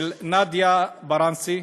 של נאדיה בראנסי: